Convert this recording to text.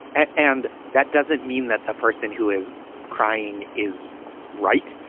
ah and that doesn't mean that the person who is crying is right.